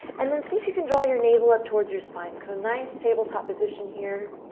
and then see if you can draw your navel up towards your spine. so nice tabletop position here.